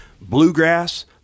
bluegrass